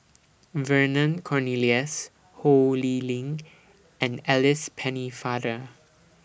Vernon Cornelius Ho Lee Ling and Alice Pennefather